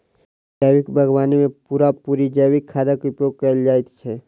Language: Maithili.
जैविक बागवानी मे पूरा पूरी जैविक खादक उपयोग कएल जाइत छै